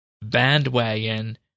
bandwagon